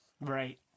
Right